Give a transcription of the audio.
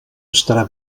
estarà